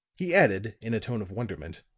he added in a tone of wonderment.